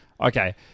Okay